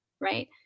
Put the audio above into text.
right